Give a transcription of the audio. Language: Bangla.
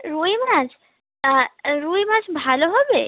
রুই মাছ রুই মাছ ভালো হবে